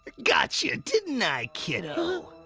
gotcha, didn't i, kiddo?